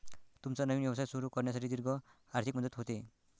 तुमचा नवीन व्यवसाय सुरू करण्यासाठी दीर्घ आर्थिक मदत होते